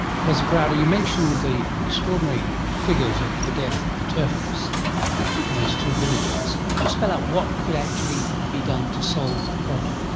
professor crowder, you mentioned the extraordinary figures of the death of the turtles in those two villages. could you spell out what could actually be done to solve the problem?